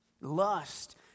lust